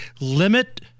limit